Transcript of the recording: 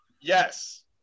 Yes